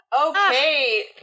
Okay